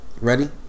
ready